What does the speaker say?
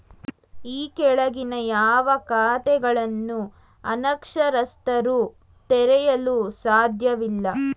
ಈ ಕೆಳಗಿನ ಯಾವ ಖಾತೆಗಳನ್ನು ಅನಕ್ಷರಸ್ಥರು ತೆರೆಯಲು ಸಾಧ್ಯವಿಲ್ಲ?